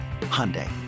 Hyundai